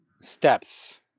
steps